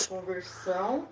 Conversão